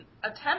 attempt